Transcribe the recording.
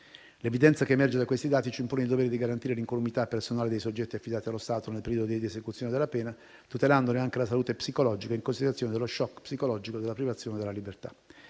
L'evidenza che emerge da questi dati ci impone il dovere di garantire l'incolumità personale dei soggetti affidati allo Stato nel periodo di esecuzione della pena, tutelandone anche la salute psicologica, in considerazione dello *shock* psicologico della privazione della libertà.